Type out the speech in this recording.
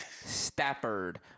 Stafford